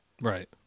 Right